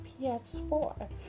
PS4